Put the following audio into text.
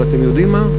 ואתם יודעים מה?